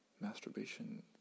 masturbation